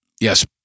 Yes